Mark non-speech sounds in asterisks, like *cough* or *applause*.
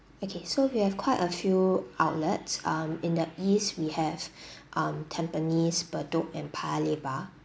okay so we have quite a few outlets um in the east we have *breath* um tampines bedok and paya lebar